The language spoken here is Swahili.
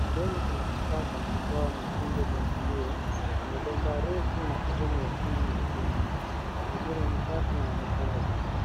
Pembeni kuna kifaa cha kutoa mikunjo kwenye nguo kwenye bomba refu na sehemu ya chini nyekundu. Mazingira ni safi na yamepangwa vizuri.